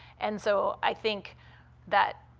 and so i think that